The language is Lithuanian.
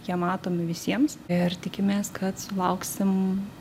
jie matomi visiems ir tikimės kad sulauksim